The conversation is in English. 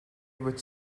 with